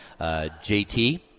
JT